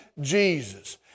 Jesus